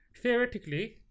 theoretically